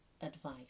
advice